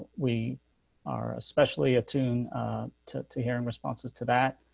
we are especially attune to to hearing responses to that.